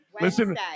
Listen